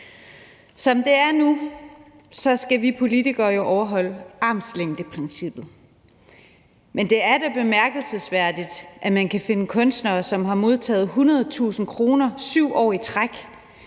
Som det er nu, skal vi politikere jo overholde armslængdeprincippet, men det er da bemærkelsesværdigt, at man kan finde kunstnere, som har modtaget 100.000 kr. 7 år i træk,